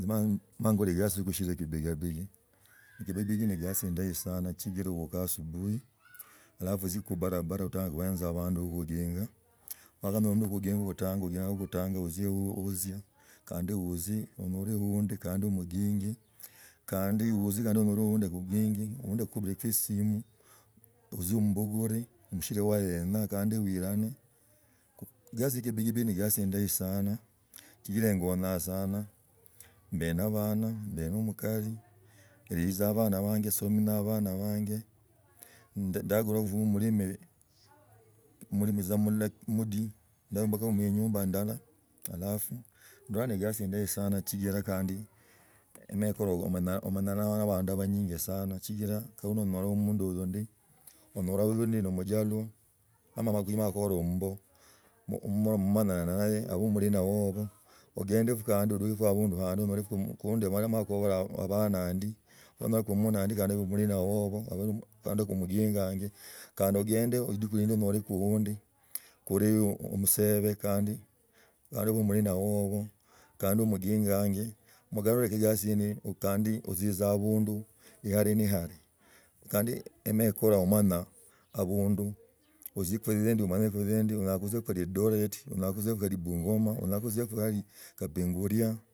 Mala ekola egasi yo kushila ekibigabigi, khibigabigi ni egasi endahi sana, sichiraa obukaa asubuhi halafu otzie kubarabara ohenze abandu bo kuginga wakonyala mundu wo kuginga otangu, kie nogutaga otzie wozia kandi uzi onyole oundi kandi amuginge, kandi otzia wozia kandi onyoli ound okuginge ound, akukubiliko esimo otzie omumbugure oshiri wa yinja kandi wurane gasi ye kibigabiga ne egasi indahi sana sichira engoonyaaa sana, mbae na abana, mb no omukali egiliza abana abanje somi na abana bange. Ndagola kho mulimi. Omulimi tsa mlala mdi, ndayombolekhamo inyumba ndala halafu ndolaa negasi indahi sana ligilaa emala ekolaa, amanyama na abandu bandi bonyingi sana ni chigila kali nonyole omundu huyu ndi, onyala huyu nomujaluo amabakhora mmbo. Mmanyane nnaye abe murina wawo ogendeko kandi odukiku obundu handi onyoleke ohundi amaleko akubola abanandi nanyolako omumadi kandi abiko omulina hoho gandi kumugangangi kandi agenda lidiku lindu unyoleke binadamu kuli omusebi kandi maabeko mulina hoho kandi mugingangi mugalale kugasi yene hiyo kandi otzizaa.